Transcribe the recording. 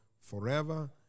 forever